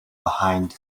behind